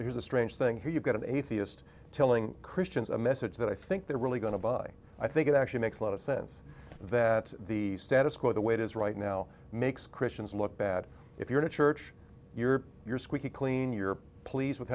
there's a strange thing here you've got an atheist telling christians a message that i think they're really going to buy i think it actually makes a lot of sense that the status quo the way it is right now makes christians look bad if you're in a church you're you're squeaky clean you're pleased with